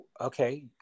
okay